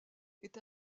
est